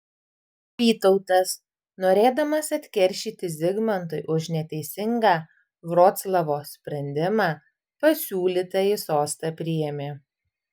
vytautas norėdamas atkeršyti zigmantui už neteisingą vroclavo sprendimą pasiūlytąjį sostą priėmė